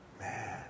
Man